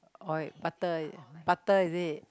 oil butter butter is it